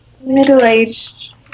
middle-aged